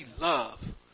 love